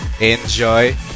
Enjoy